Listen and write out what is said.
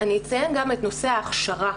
אציין גם את נושא ההכשרה.